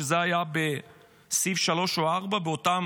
שזה היה בסעיף 3 או 4 באותן